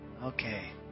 Okay